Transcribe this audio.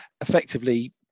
effectively